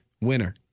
Winner